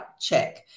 check